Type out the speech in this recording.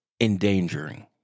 endangering